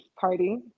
party